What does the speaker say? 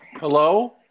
Hello